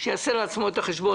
יעשה לעצמו את החשבון,